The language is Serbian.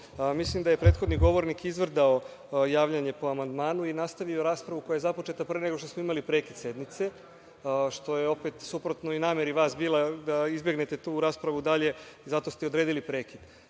Mislim da je prethodni govornik izvrdao javljanje po amandmanu i nastavio raspravu koja je započeta pre nego što smo imali prekid sednice, što je opet suprotno i nameri, jer ste vi mislili da izbegnete tu raspravu dalje i zato ste i odredili prekid.